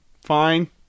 Fine